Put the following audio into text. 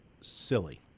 silly